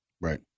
Right